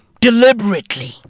Deliberately